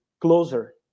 closer